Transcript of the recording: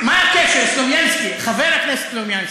הקשר, סלומינסקי, חבר הכנסת סלומינסקי?